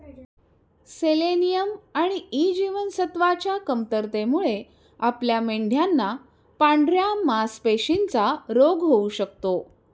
selenium आणि ई जीवनसत्वच्या कमतरतेमुळे आपल्या मेंढयांना पांढऱ्या मासपेशींचा रोग होऊ शकतो